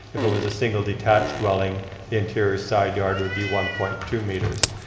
if it was a single detached dwelling, the interior side yard would be one point two meters.